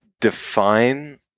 define